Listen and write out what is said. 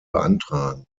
beantragen